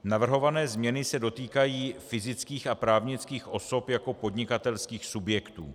Navrhované změny se dotýkají fyzických a právnických osob jako podnikatelských subjektů.